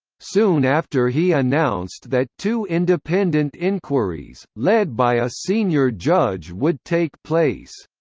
soon after he announced that two independent enquiries, led by a senior judge would take place.